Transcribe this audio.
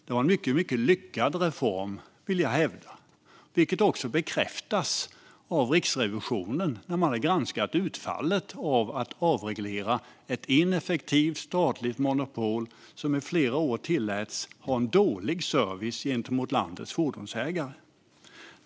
Det var en mycket lyckad reform, vill jag hävda, vilket också bekräftats av Riksrevisionen, som granskat utfallet av att avreglera ett ineffektivt statligt monopol som under flera år tilläts ha en dålig service gentemot landets fordonsägare.